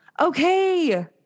Okay